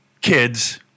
Kids